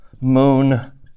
moon